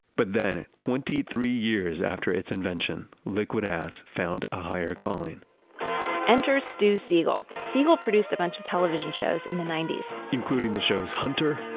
but then twenty three years after its invention, liquid ass found a higher calling enter stu siegel. siegel produced a bunch of television shows in the ninety s. including the shows hunter,